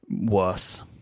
worse